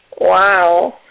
Wow